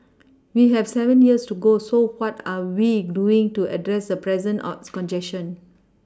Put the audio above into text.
we have seven years to go so what are we doing to address the present are congestion